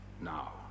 now